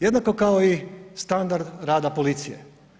Jednako kao i standard rada policije.